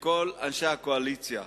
לכל אנשי הקואליציה,